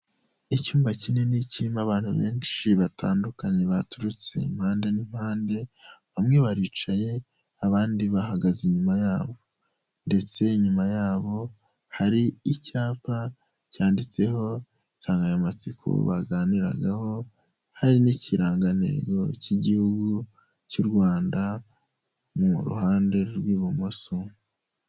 Icyumba kinini kirimo abantu benshi batandukanye baturutse impande n'impande, bamwe baricaye abandi bahagaze inyuma yabo. Ndetse inyuma yabo hari icyapa cyanditseho insanganyamatsiko baganiragaho, hari n'ikirangantego cy'igihugu cy'u Rwanda mu ruhande rw'ibumoso.